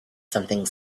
something